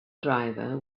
driver